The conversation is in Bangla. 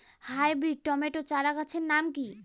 হাইব্রিড টমেটো চারাগাছের নাম কি?